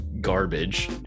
garbage